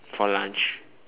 for lunch